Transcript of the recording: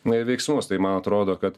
na veiksmus tai man atrodo kad